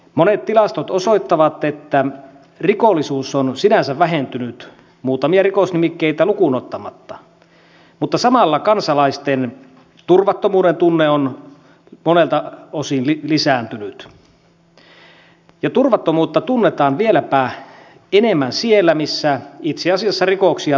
monet tilastot osoittavat että rikollisuus on sinänsä vähentynyt muutamia rikosnimikkeitä lukuun ottamatta mutta samalla kansalaisten turvattomuuden tunne on monelta osin lisääntynyt ja turvattomuutta tunnetaan vieläpä enemmän siellä missä itse asiassa rikoksia tapahtuu vähän